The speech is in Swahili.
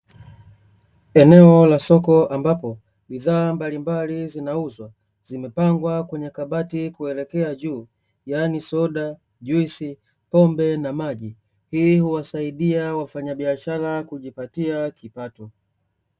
Eneo la soko ambapo, bidhaa mbalimbali zinauzwa zimepangwa kwenye kabati kuelekea juu yaani soda, juisi, pombe, na maji. Hii huwasaidia wafanyabiashara kujipatia kipato.